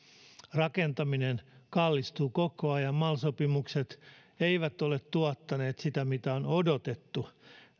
rakentaminen kallistuu koko ajan mal sopimukset eivät ole tuottaneet sitä mitä on odotettu